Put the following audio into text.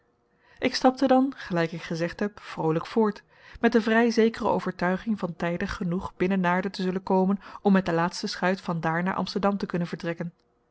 ik stapte dan gelijk ik gezegd heb vroolijk vooruit met de vrij zekere overtuiging van tijdig genoeg binnen naarden te zullen komen om met de laatste schuit van daar naar amsterdam te kunnen vertrekken